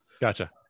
Gotcha